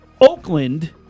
Oakland